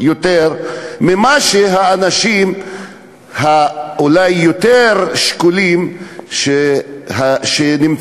יותר מאנשים שהם אולי יותר שקולים נמצאים